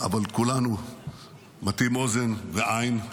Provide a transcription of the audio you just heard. אבל כולנו מטים אוזן ועין.